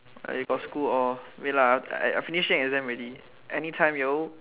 I got school or wait lah I finishing exam already anytime yo